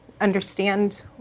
understand